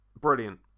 ...brilliant